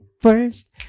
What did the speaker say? first